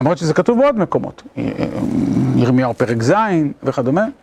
למרות שזה כתוב בעוד מקומות, ירמיהו פרק ז', וכדומה.